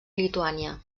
lituània